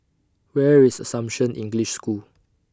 Where IS Assumption English School